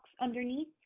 underneath